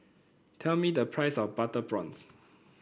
tell me the price of Butter Prawns